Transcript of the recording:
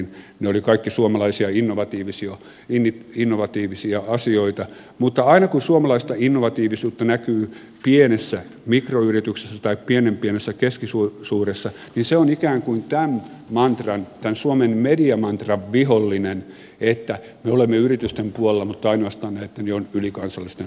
ne olivat kaikki suomalaisia innovatiivisia asioita mutta aina kun suomalaista innovatiivisuutta näkyy pienessä mikroyrityksessä tai pienen pienessä keskisuuressa niin se on ikään kuin tämän mantran vihollinen tämän suomen mediamantran että me olemme yritysten puolella mutta ainoastaan näitten ylikansallisten suuryritysten